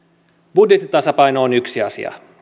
budjettitasapaino on yksi asia